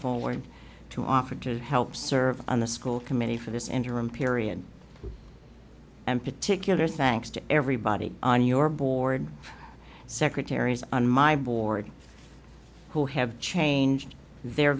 forward to offer to help serve on the school committee for this interim period and particular thanks to everybody on your board secretaries on my board who have changed their